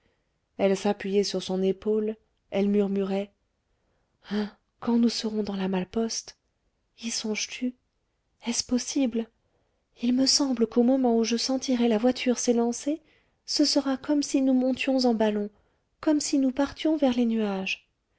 elle s'appuyait sur son épaule elle murmurait hein quand nous serons dans la malle-poste y songes-tu est-ce possible il me semble qu'au moment où je sentirai la voiture s'élancer ce sera comme si nous montions en ballon comme si nous partions vers les nuages